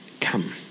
come